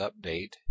Update